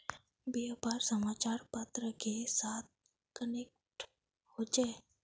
व्यापार समाचार पत्र के साथ कनेक्ट होचे?